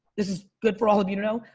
this is good for all of you to know.